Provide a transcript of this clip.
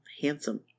handsome